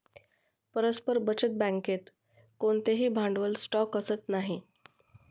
परस्पर बचत बँकेत कोणतेही भांडवल स्टॉक असत नाही